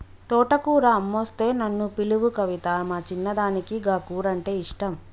తోటకూర అమ్మొస్తే నన్ను పిలువు కవితా, మా చిన్నదానికి గా కూరంటే ఇష్టం